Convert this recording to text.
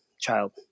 child